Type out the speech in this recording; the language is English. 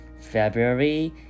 february